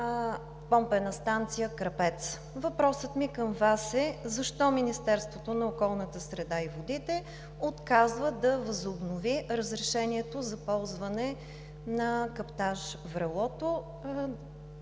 помпена станция „Крапец“. Въпросът ми към Вас е: защо Министерството на околната среда и водите отказва да възобнови разрешението за ползване на каптаж „Врелото“